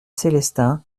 célestins